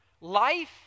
Life